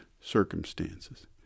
circumstances